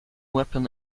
weapon